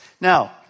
Now